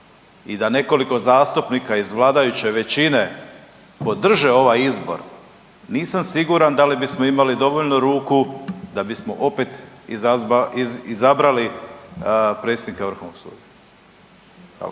i da nekoliko zastupnika iz vladajuće većine podrže ovaj izbor, nisam siguran da li bismo imali dovoljno ruku da bismo opet izabrali predsjednika Vrhovnog suda.